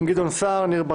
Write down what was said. חוה